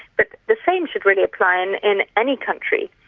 but the same should really apply in in any country,